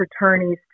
attorneys